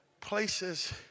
Places